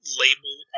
label